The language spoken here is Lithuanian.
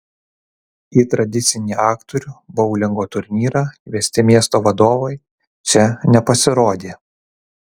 į tradicinį aktorių boulingo turnyrą kviesti miesto vadovai čia nepasirodė